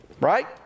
Right